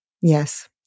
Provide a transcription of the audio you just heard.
Yes